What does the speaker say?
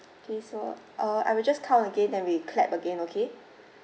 okay so uh I will just count again then we clap again okay